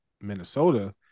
Minnesota